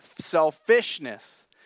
selfishness